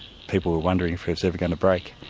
people were wondering if it was ever going to break.